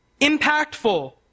impactful